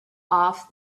off